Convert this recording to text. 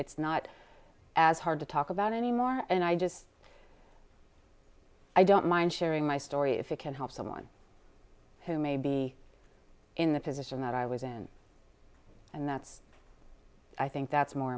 it's not as hard to talk about anymore and i just i don't mind sharing my story if it can help someone who may be in the position that i was in and that's i think that's more